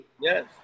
Yes